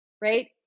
right